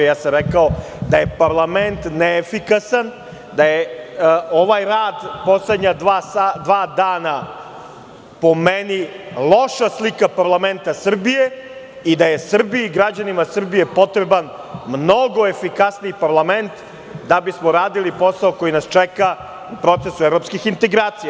Rekao sam da je parlament neefikasan, da je ovaj rad poslednja dva dana, po meni, loša slika parlamenta Srbije i da je Srbiji i građanima Srbije potreban mnogo efikasniji parlament da bismo radili posao koji nas čeka u procesu evropskih integracija.